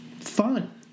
fun